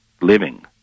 living